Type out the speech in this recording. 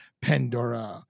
Pandora